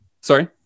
sorry